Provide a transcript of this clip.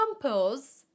compose